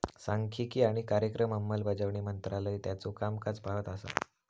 सांख्यिकी आणि कार्यक्रम अंमलबजावणी मंत्रालय त्याचो कामकाज पाहत असा